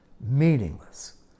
Meaningless